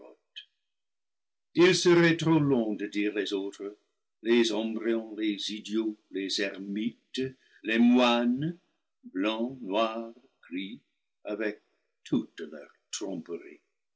serait trop long de dire les autres les embryons les idiots les ermites les moines blancs noirs gris avec toutes leurs tromperies